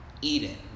Eden